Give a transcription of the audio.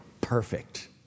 Perfect